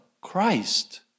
Christ